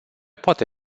poate